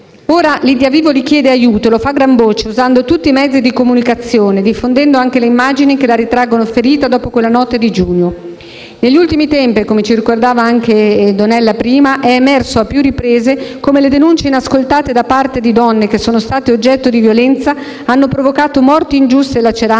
Ora Lidia Vivoli chiede aiuto e lo fa a gran voce, usando tutti i mezzi di comunicazione, diffondendo anche le immagini che la ritraggono ferita dopo quella notte di giugno. Negli ultimi tempi - come ci ha ricordato prima anche la senatrice Mattesini - è emerso a più riprese come le denunce inascoltate da parte di donne che sono state oggetto di violenza hanno provocato morti ingiuste e laceranti